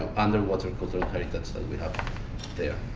underwater contemporary, that's what we have there.